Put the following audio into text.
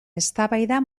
eztabaida